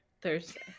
Thursday